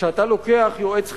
כשאתה לוקח יועץ חיצוני,